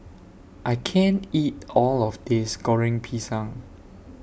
I can't eat All of This Goreng Pisang